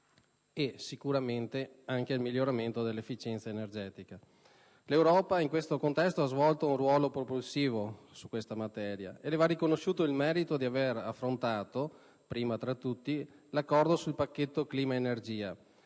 rinnovabili e anche al miglioramento dell'efficienza energetica. L'Europa in questo contesto ha svolto un ruolo propulsivo sulla materia e le va riconosciuto il merito di aver affrontato, prima tra tutti, con l'accordo sul pacchetto clima/energia,